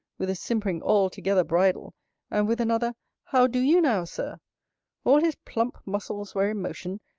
with a simpering altogether bridal and with another how do you now, sir all his plump muscles were in motion,